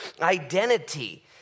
identity